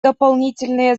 дополнительные